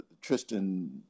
Tristan –